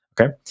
Okay